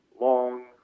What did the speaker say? long